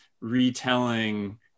retelling